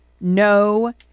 No